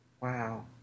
Wow